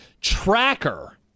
Tracker